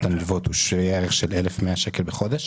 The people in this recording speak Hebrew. הנלוות הם שווי ערך ל-1,100 שקל בחודש.